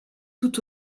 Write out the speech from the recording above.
tout